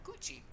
Gucci